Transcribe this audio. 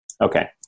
Okay